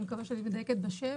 ואני מקווה שאני מדייקת בשם,